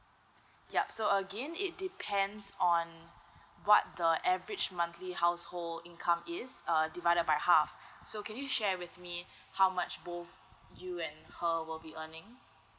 yup so again it depends on what the average monthly household income is err divided by half so can you share with me how much both you and her will be earning